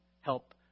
help